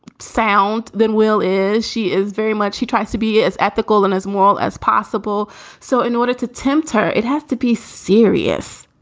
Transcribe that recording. sound than will is. she is very much she tries to be as ethical and as small as possible so in order to tempt her, it has to be serious.